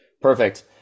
Perfect